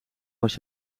was